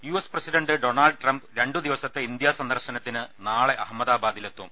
US president Donald Trump രണ്ടുദിവസത്തെ India സന്ദർശനത്തിന് നാളെ അഹമ്മദാബാദിലെത്തും